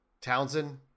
Townsend